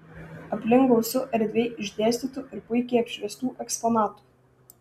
aplink gausu erdviai išdėstytų ir puikiai apšviestų eksponatų